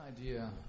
idea